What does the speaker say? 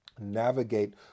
navigate